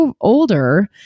older